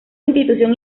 institución